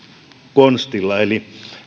konstilla eli